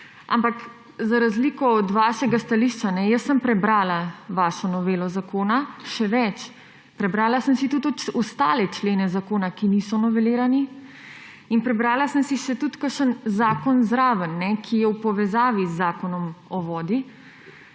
Ampak za razliko od vašega stališča, jaz sem prebrala vašo novelo zakona. Še več, prebrala sem si tudi ostale člene zakona, ki niso novelirani, in prebrala sem si še tudi kakšen zakon zraven, ki je v povezavi z Zakonom o vodi.